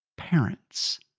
parents